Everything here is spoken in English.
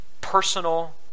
personal